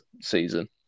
season